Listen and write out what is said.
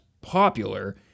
popular